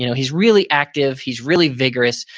you know he's really active, he's really vigorous,